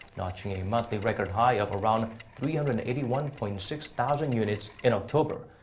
notching a monthly record-high of around three hundred and eighty one point six thousand units in october.